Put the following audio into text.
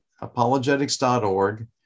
apologetics.org